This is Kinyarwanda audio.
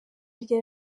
rya